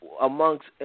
amongst